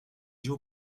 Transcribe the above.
géo